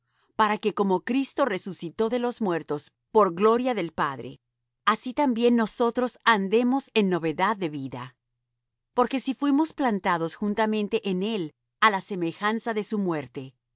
para que como cristo resucitó de los muertos por la gloria del padre así también nosotros andemos en novedad de vida porque si fuimos plantados juntamente en él á la semejanza de su muerte